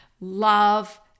love